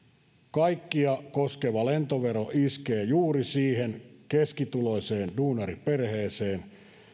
kaikkia koskeva lentovero iskee juuri siihen keskituloiseen duunariperheeseen